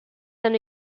than